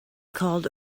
called